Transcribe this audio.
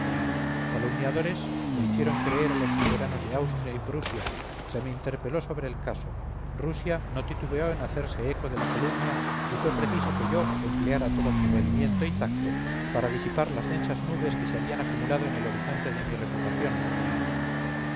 los calumniadores lo hicieron creer a los soberanos de austria y prusia se me interpeló sobre el caso rusia no titubeó en hacerse eco de la calumnia y fue preciso que yo empleara todo mi valimiento y tacto para disipar las densas nubes que se habían acumulado en el horizonte de mi reputación